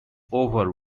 over